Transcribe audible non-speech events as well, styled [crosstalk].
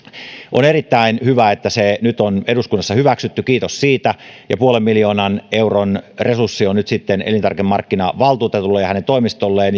on erittäin hyvä että se nyt on eduskunnassa hyväksytty kiitos siitä ja puolen miljoonan euron resurssi on nyt sitten elintarvikemarkkinavaltuutetulle ja hänen toimistolleen [unintelligible]